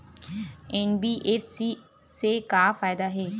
NBFC से का फ़ायदा हे?